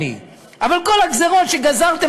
מבינים שלתמוך בישראל זה הדבר הנכון,